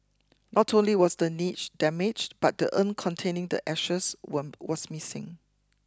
not only was the niche damaged but the urn containing the ashes was missing